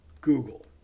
Google